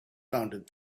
confounded